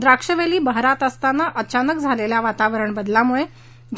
द्राक्षवेली बहरातअसताना अचानक झालेल्या वातावरणातील बदलामुळे